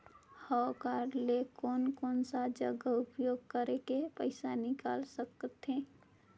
हव कारड ले कोन कोन सा जगह उपयोग करेके पइसा निकाल सकथे?